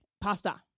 Pasta